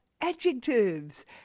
adjectives